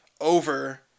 over